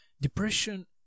depression